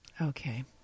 Okay